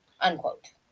Unquote